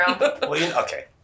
okay